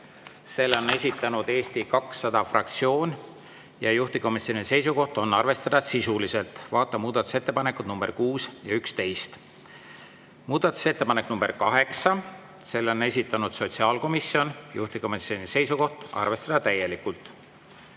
selle on esitanud Eesti 200 fraktsioon, juhtivkomisjoni seisukoht on arvestada sisuliselt, vaata muudatusettepanekuid nr 6 ja 11. Muudatusettepanek nr 8, selle on esitanud sotsiaalkomisjon, juhtivkomisjoni seisukoht on arvestada täielikult.